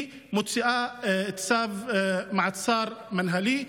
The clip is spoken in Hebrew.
היא מוציאה צו מעצר מינהלי.